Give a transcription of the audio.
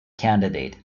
candidate